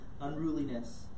unruliness